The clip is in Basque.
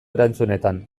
erantzunetan